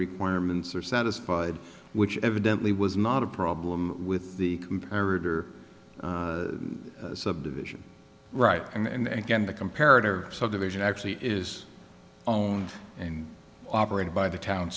requirements are satisfied which evidently was not a problem with the comparative subdivision right and again the comparative subdivision actually is owned and operated by the town